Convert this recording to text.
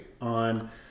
on